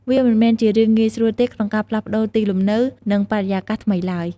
វាមិនមែនជារឿងងាយស្រួលទេក្នុងការផ្លាស់ប្ដូរទីលំនៅ និងបរិយាកាសថ្មីឡើយ។